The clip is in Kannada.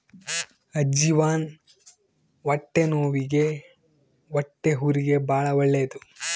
ಅಜ್ಜಿವಾನ ಹೊಟ್ಟೆನವ್ವಿಗೆ ಹೊಟ್ಟೆಹುರಿಗೆ ಬಾಳ ಒಳ್ಳೆದು